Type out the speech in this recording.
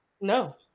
no